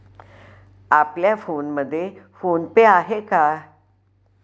आपल्या फोनमध्ये PhonePe आहे का?